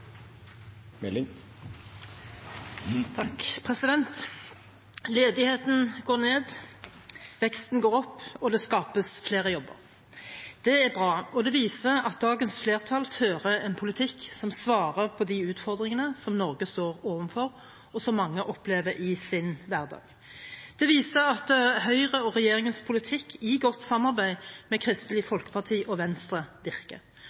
Ledigheten går ned, veksten går opp, og det skapes flere jobber. Det er bra, og det viser at dagens flertall fører en politikk som svarer på de utfordringene som Norge står overfor, og som mange opplever i sin hverdag. Det viser at Høyre og regjeringens politikk i godt samarbeid med Kristelig